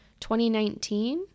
2019